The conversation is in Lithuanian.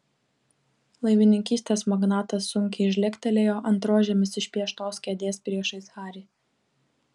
laivininkystės magnatas sunkiai žlegtelėjo ant rožėmis išpieštos kėdės priešais harį